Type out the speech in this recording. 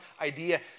idea